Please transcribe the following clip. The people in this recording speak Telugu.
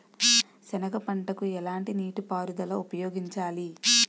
సెనగ పంటకు ఎలాంటి నీటిపారుదల ఉపయోగించాలి?